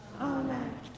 Amen